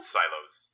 silos